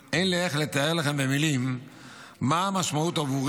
אין לי איך לתאר לכם במילים מה המשמעות עבורי